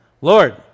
Lord